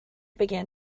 began